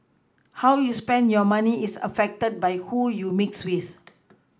how you spend your money is affected by who you mix with